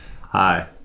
Hi